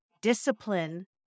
discipline